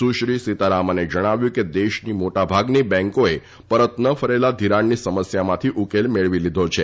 સુશ્રી સીતારામને જણાવ્યું હતું કે દેશની મોટા ભાગની બેંકોએ પરત ન ફરેલા ધિરાણની સમસ્યામાંથી ઉકેલ મેળવી લીધો છે